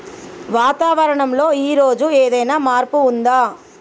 వాతావరణం లో ఈ రోజు ఏదైనా మార్పు ఉందా?